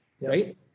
right